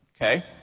okay